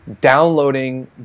downloading